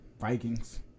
Vikings